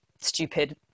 stupid